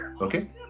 okay